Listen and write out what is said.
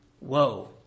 Whoa